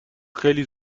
خیلی